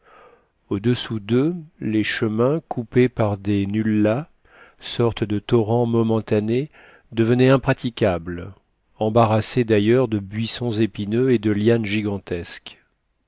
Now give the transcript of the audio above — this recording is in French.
au-dessous d'eux les chemins coupés par des nullabs sortes de torrents momentanés devenaient impraticables embarrassés d'ailleurs de buissons épineux et de lianes gigantesques